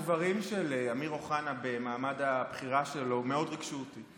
הדברים של אמיר אוחנה במעמד הבחירה שלו מאוד ריגשו אותי,